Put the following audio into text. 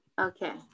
Okay